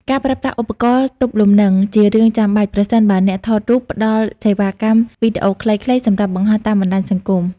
ការប្រើប្រាស់ឧបករណ៍ទប់លំនឹង ជារឿងចាំបាច់ប្រសិនបើអ្នកថតរូបផ្ដល់សេវាកម្មវីដេអូខ្លីៗសម្រាប់បង្ហោះតាមបណ្ដាញសង្គម។